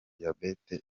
diyabeti